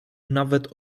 nawet